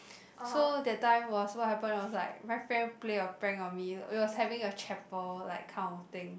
so that time was what happened was like my friend play a prank on me it was having a chamber like kind of thing